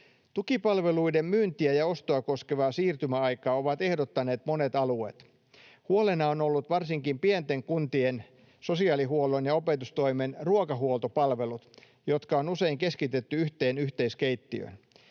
Tukipalveluiden myyntiä ja ostoa koskevaa siirtymäaikaa ovat ehdottaneet monet alueet. Huolena on ollut varsinkin pienten kuntien sosiaalihuollon ja opetustoimen ruokahuoltopalvelut, jotka on usein keskitetty yhteen yhteiskeittiöön.